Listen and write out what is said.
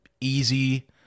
easy